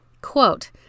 Quote